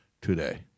today